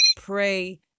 pray